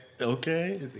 Okay